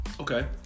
Okay